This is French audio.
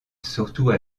surtout